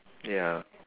ya